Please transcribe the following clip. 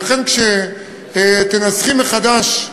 ולכן, כשתנסחי מחדש,